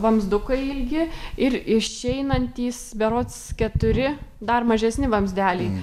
vamzdukai ilgi ir išeinantys berods keturi dar mažesni vamzdeliai